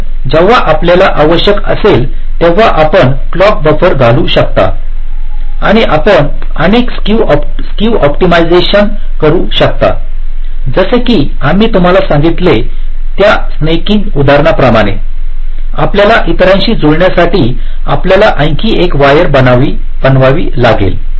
म्हणून जेव्हा आपल्याला आवश्यक असेल तेव्हा आपण क्लॉक बफर घालू शकता आणि आपण अनेक स्क्यू ऑप्टिमायझेशन करू शकता जसे की आम्ही तुम्हाला सांगितले त्या स्नॅकिंग उदाहरणाप्रमाणे आपल्याला इतरांशी जुळण्यासाठी आपल्याला आणखी एक वायर बनवावी लागेल